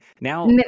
now